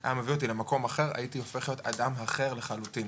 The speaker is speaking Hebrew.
היה מביא אותי למקום אחר הייתי הופך להיות אדם אחר לחלוטין,